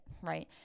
right